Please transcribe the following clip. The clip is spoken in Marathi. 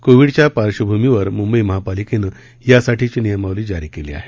कोविडच्या पार्श्वभूमीवर मुंबई महापालिकेनं यासाठीची नियमावली जारी केली आहे